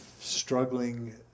struggling